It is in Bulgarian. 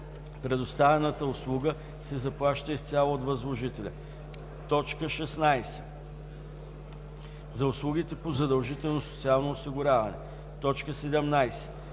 предоставената услуга се заплаща изцяло от възложителя; 16. за услугите по задължително социално осигуряване; 17.